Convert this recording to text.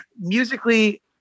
musically